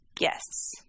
yes